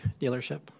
dealership